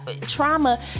trauma